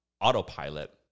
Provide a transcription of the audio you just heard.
autopilot